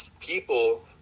people